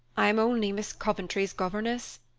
i am only miss coventry's governess.